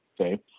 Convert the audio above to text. okay